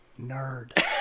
nerd